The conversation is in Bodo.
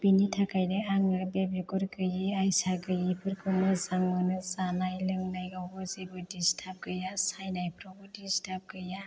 बेनि थाखायनो आङो बे बिगुर गैयै आयसा गैयैफोरखौ मोजां मोनो जानाय लोंनायावबो जेबो डिसटार्ब गैया सायनायफ्रावबो डिसटार्ब गैया